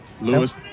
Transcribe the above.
Lewis